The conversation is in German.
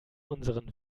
unseren